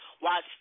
watch